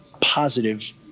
positive